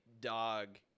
dog